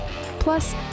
Plus